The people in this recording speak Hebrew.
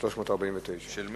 ברשות יושב-ראש הישיבה,